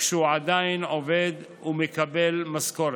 כשהוא עדיין עובד ומקבל משכורת.